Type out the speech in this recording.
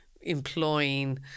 employing